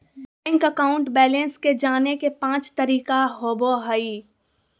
bank account balance के जाने के पांच तरीका होबो हइ